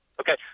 okay